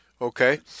Okay